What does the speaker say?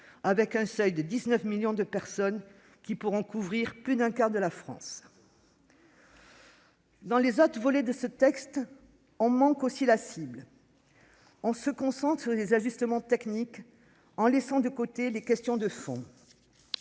avec un seuil à 19 millions de personnes, celles-ci pourront couvrir plus d'un quart de la France. Dans les autres volets de ce texte, on manque aussi la cible. On se concentre sur des ajustements techniques, en laissant de côté les questions de fond.